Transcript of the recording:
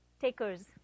takers